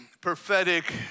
prophetic